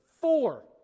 four